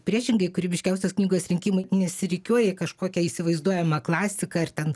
priešingai kūrybiškiausios knygos rinkimai nesirikiuoja į kažkokią įsivaizduojamą klasiką ar ten